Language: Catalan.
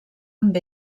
amb